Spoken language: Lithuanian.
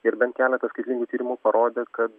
ir bent keletas skaitlingų tyrimų parodė kad